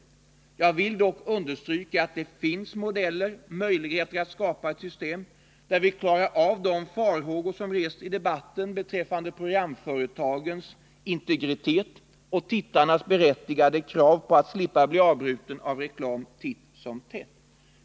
Jag vill understryka att det finns möjligheter att skapa ett system där vi klarar av de farhågor som rests i debatten vad beträffar programföretagens integritet och tittarnas berättigade krav på att slippa avbrott av reklam titt som tätt.